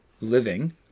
living